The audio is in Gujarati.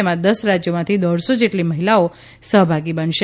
તેમાં દસ રાજ્યોમાથી દોઢસો જેટલી મહિલાઓ સહભાગી બનશે